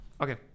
Okay